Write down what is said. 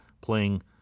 playing